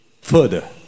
further